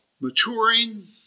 maturing